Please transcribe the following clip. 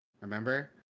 Remember